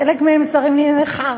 חלק מהם שרים לענייני חארטה,